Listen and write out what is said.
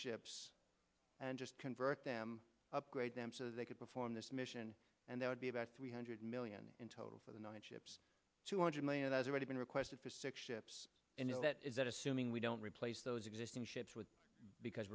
ships and just convert them upgrade them so they could perform this mission and there would be about three hundred million in total for the nine ships two hundred million has already been requested for six ships and that is that assuming we don't replace those existing ships with because